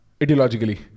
Ideologically